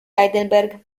heidelberg